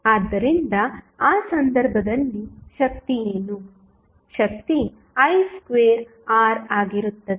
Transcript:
ಆದ್ದರಿಂದ ಆ ಸಂದರ್ಭದಲ್ಲಿ ಶಕ್ತಿ ಏನು ಶಕ್ತಿ i2R ಆಗಿರುತ್ತದೆ